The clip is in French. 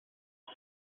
war